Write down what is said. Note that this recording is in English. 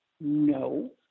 no